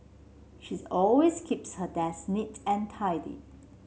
she's always keeps her desk neat and tidy